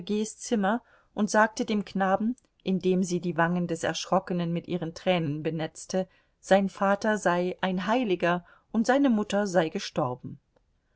zimmer und sagte dem knaben indem sie die wangen des erschrockenen mit ihren tränen benetzte sein vater sei ein heiliger und seine mutter sei gestorben